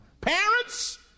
Parents